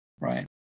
right